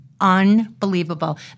unbelievable